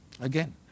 Again